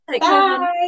Bye